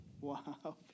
Wow